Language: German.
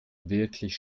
wirklich